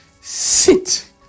sit